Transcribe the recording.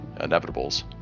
inevitables